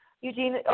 Eugene